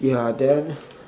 ya then